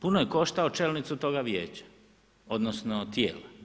Puno je koštao čelnicu toga Vijeća, odnosno tijela.